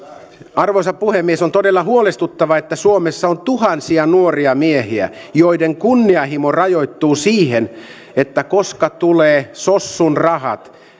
arvoisa puhemies on todella huolestuttavaa että suomessa on tuhansia nuoria miehiä joiden kunnianhimo rajoittuu siihen koska tulee sossun rahat